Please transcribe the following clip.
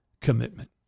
commitment